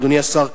אדוני השר,